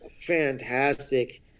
fantastic